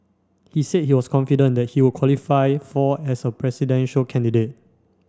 he said he was confident that he would qualify for as a presidential candidate